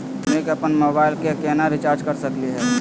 हमनी के अपन मोबाइल के केना रिचार्ज कर सकली हे?